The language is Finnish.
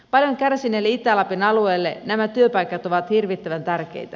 paljon kärsineelle itä lapin alueelle nämä työpaikat ovat hirvittävän tärkeitä